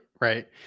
right